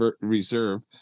reserve